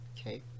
Okay